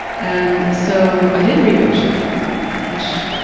and so i did read brooke shields' book which,